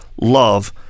love